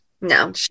No